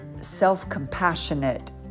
self-compassionate